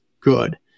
good